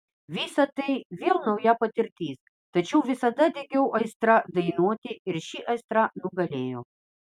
visa tai vėl nauja patirtis tačiau visada degiau aistra dainuoti ir ši aistra nugalėjo